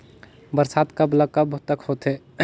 बरसात कब ल कब तक होथे?